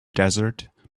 desert